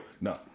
No